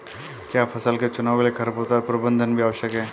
क्या फसल के चुनाव के लिए खरपतवार प्रबंधन भी आवश्यक है?